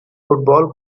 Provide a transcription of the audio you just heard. football